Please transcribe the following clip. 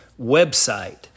website